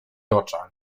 oczach